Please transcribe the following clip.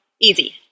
Easy